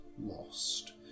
lost